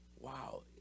Wow